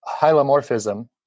hylomorphism